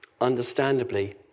understandably